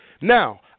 Now